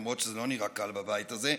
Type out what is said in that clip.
למרות שזה לא נראה קל בבית הזה,